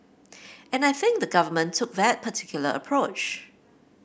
and I think the government took that particular approach